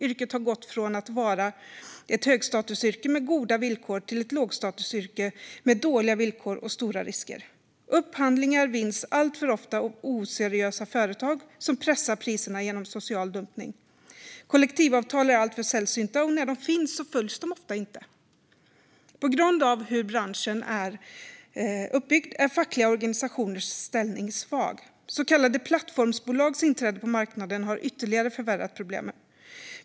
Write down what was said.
Yrket har gått från att vara ett högstatusyrke med goda villkor till ett lågstatusyrke med dåliga villkor och stora risker. Upphandlingar vinns alltför ofta av oseriösa företag som pressar priserna genom social dumpning. Kollektivavtal är alltför sällsynta, och när de finns följs de ofta inte. På grund av hur branschen är uppbyggd är fackliga organisationers ställning svag. Så kallade plattformsbolags inträde på marknaden har ytterligare förvärrat problemen.